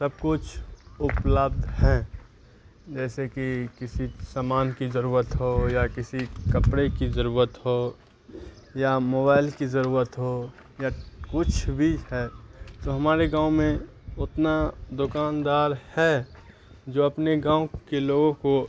سب کچھ اپلبدھ ہیں جیسے کہ کسی سامان کی ضرورت ہو یا کسی کپڑے کی ضرورت ہو یا موبائل کی ضرورت ہو یا کچھ بھی ہے تو ہمارے گاؤں میں اتنا دکاندار ہے جو اپنے گاؤں کے لوگوں کو